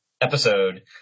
episode